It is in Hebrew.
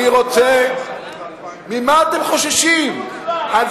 יכול להיות ששם המקום שניקח איזה צוות מצומצם - בכלל,